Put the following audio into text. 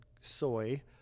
soy